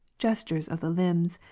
gestures of the limbs,